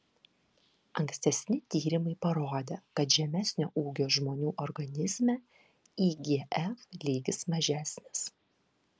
ankstesni tyrimai parodė kad žemesnio ūgio žmonių organizme igf lygis mažesnis